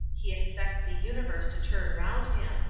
he expects the universe to turn round him,